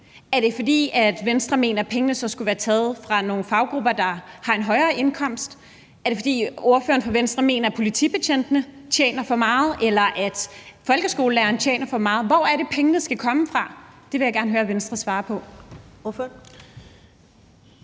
Er det, fordi Venstre mener, at pengene så skulle være taget fra nogle faggrupper, der har en højere indkomst? Eller er det, fordi ordføreren fra Venstre mener, at politibetjentene tjener for meget, eller at folkeskolelærerne tjener for meget? Hvor er det, pengene skal komme fra? Det vil jeg gerne høre Venstre svare på. Kl.